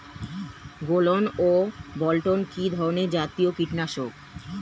গোলন ও বলটন কি ধরনে জাতীয় কীটনাশক?